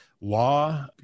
law